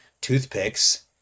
toothpicks